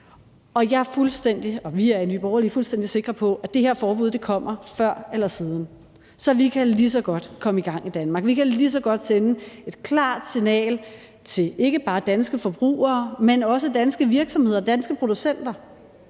måles og hvornår, og vi er i Nye Borgerlige fuldstændig sikre på, at det her forbud kommer før eller siden. Så vi kan lige så godt komme i gang i Danmark; vi kan lige så godt sende et klart signal til ikke bare danske forbrugere, men også danske virksomheder, danske producenter